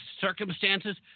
circumstances